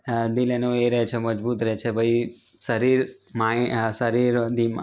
અ દિલ એનું એ રહે છે મજબૂત રહે છે પઇ શરીર માઇ અ શરીર દિમ